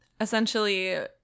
essentially